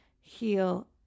heal